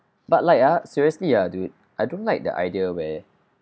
but like ah seriously ah dude I don't like the idea where